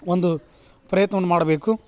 ಒಂದು ಪ್ರಯತ್ನವನ್ನ ಮಾಡಬೇಕು